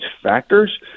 factors